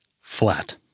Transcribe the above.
flat